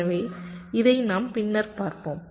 எனவே இதை நாம் பின்னர் பார்ப்போம்